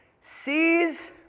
Sees